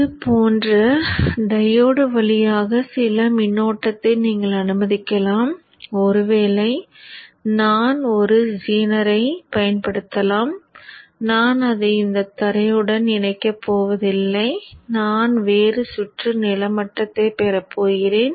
இது போன்ற டையோடு வழியாக சில மின்னோட்டத்தை நீங்கள் அனுமதிக்கலாம் ஒருவேளை நான் ஒரு ஜீனரைப் பயன்படுத்தலாம் நான் அதை இந்த தரையுடன் இணைக்கப் போவதில்லை நான் வேறு சுற்று நிலமட்டத்தை பெறப் போகிறேன்